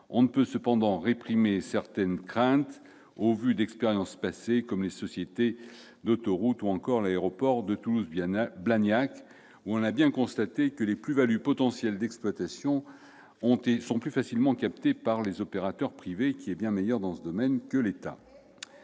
on ne peut cependant réprimer certaines craintes au vu des expériences passées, comme celle des sociétés d'autoroutes ou encore de l'aéroport de Toulouse-Blagnac, au sujet desquelles on a bien constaté que les plus-values potentielles d'exploitation étaient plus facilement captées par les opérateurs privés, bien meilleurs que l'État